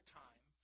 time